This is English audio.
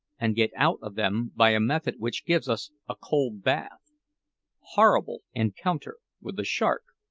and get out of them by a method which gives us a cold bath horrible encounter with a shark.